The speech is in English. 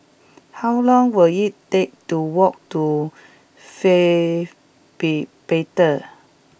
how long will it take to walk to Faith be Bible